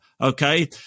Okay